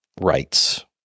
rights